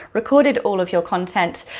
recorded all of your content,